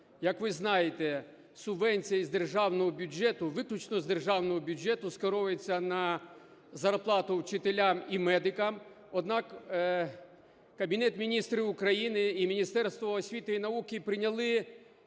Як ви знаєте, субвенція із державного бюджету, виключно з державного бюджету скеровується на зарплату вчителям і медикам. Однак Кабінет Міністрів України і Міністерство освіти й науки прийняли